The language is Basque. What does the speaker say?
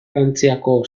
frantziako